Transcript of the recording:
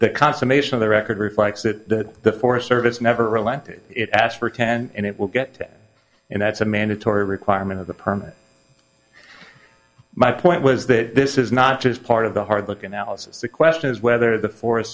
the consummation of the record reflects that the forest service never relented it asked for ten and it will get ten and that's a mandatory requirement of the permit my point was that this is not just part of the hard look analysis the question is whether the forest